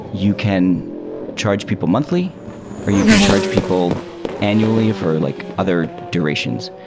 you can charge people monthly or you can charge people annually for like other durations.